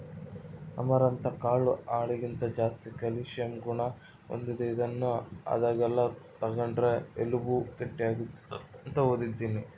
amaranth ಕಾಳು ಹಾಲಿಗಿಂತ ಜಾಸ್ತಿ ಕ್ಯಾಲ್ಸಿಯಂ ಗುಣ ಹೊಂದೆತೆ, ಇದನ್ನು ಆದಾಗೆಲ್ಲ ತಗಂಡ್ರ ಎಲುಬು ಗಟ್ಟಿಯಾಗ್ತತೆ ಅಂತ ಓದೀನಿ